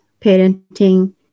parenting